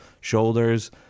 shoulders